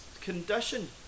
condition